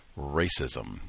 racism